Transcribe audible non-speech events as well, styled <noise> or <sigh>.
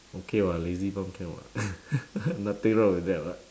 okay [what] lazybum can [what] <laughs> nothing wrong with that [what]